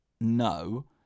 No